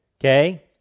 okay